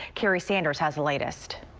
kerry. sanders has the latest.